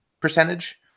percentage